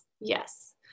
Yes